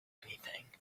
anything